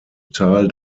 tal